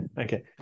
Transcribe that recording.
Okay